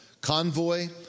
Convoy